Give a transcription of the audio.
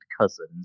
cousin